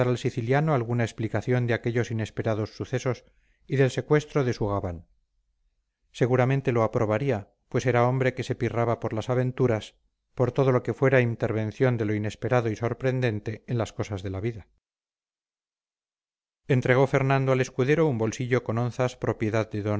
siciliano alguna explicación de aquellos inesperados sucesos y del secuestro de su gabán seguramente lo aprobaría pues era hombre que se pirraba por las aventuras por todo lo que fuera intervención de lo inesperado y sorprendente en las cosas de la vida entregó fernando al escudero un bolsillo con onzas propiedad